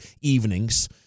evenings